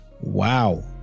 Wow